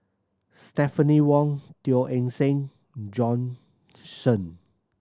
Stephanie Wong Teo Eng Seng Bjorn Shen